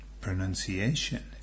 Pronunciation